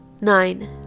nine